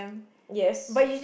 yes